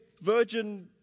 virgin